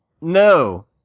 No